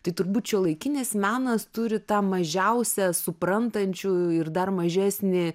tai turbūt šiuolaikinis menas turi tą mažiausia suprantančiųjų ir dar mažesnį